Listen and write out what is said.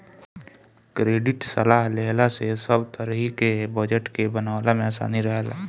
credit सलाह लेहला से सब तरही के बजट के बनवला में आसानी रहेला